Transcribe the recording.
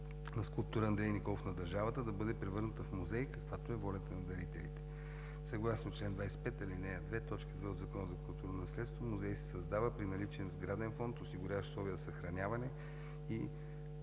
на скулптора Андрей Николов на държавата, да бъде превърната в музей, каквато е волята на дарителите. Съгласно чл. 25, ал. 2, т. 2 от Закона за културното наследство музей се създава при наличен сграден фонд, осигуряващ условия за съхраняване и